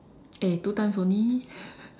eh two times only